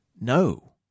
No